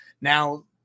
Now